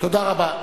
תודה רבה.